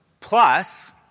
Plus